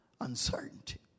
uncertainty